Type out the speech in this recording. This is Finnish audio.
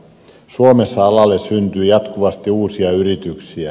suomessa alalle syntyy jatkuvasti uusia yrityksiä